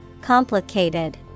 Complicated